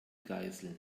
geiseln